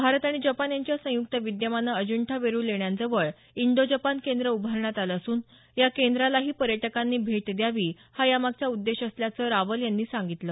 भारत आणि जपान यांच्या संयुक्त विद्यमानं अजिंठा वेरूळ लेण्यांजवळ इंडो जपान केंद्र उभारण्यात आलं असून या केंद्रालाही पर्यटकांनी भेट द्यावी हा यामागाचा उद्देश असल्याचं रावल यांनी सांगितलं